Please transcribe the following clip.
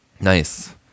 Nice